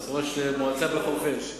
ראש מועצה בחורפיש.